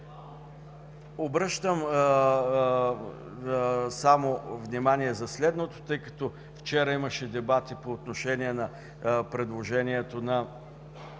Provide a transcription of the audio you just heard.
Обръщам внимание за следното, тъй като вчера имаше дебати по отношение предложението на